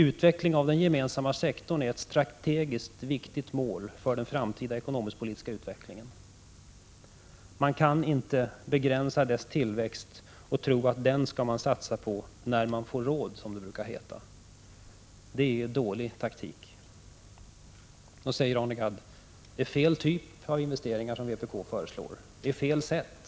Utvecklingen av den gemensamma sektorn är ett strategiskt viktigt mål för den framtida ekonomisk-politiska utvecklingen. Man kan inte begränsa dess tillväxt och tro att man skall satsa på den när man får råd, som det brukar heta. Det är dålig taktik. Men då säger Arne Gadd: Det är fel typ av Prot. 1985/86:163 investeringar som vpk föreslår, det är fel sätt.